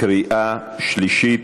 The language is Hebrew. לקריאה שלישית.